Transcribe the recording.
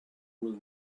will